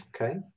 Okay